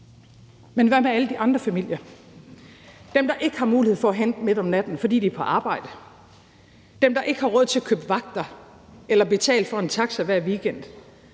Men hvad med alle de andre familier – dem, der ikke har mulighed for at hente midt om natten, fordi de på arbejde; dem, der ikke har råd til købe vagter eller betale for en taxa hver weekend;